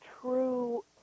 True